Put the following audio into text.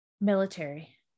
military